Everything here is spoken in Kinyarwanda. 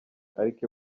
ariko